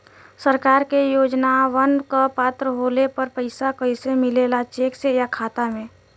सरकार के योजनावन क पात्र होले पर पैसा कइसे मिले ला चेक से या खाता मे?